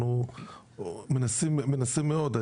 אנחנו מנסים מאוד,